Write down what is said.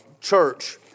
Church